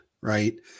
right